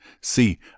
See